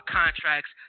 contracts